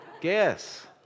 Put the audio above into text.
Guess